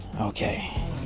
Okay